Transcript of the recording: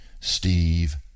Steve